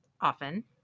often